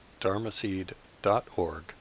dharmaseed.org